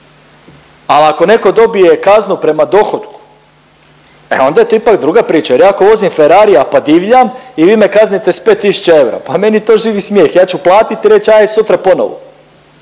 Al ako netko dobije kaznu prema dohotku, e onda je to ipak druga priča. Jer ja ako vozim Ferrarija pa divljam i vi me kaznite s 5 tisuća eura pa meni je to živi smijeh, ja ću platit i reć aj sutra ponovno.